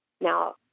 Now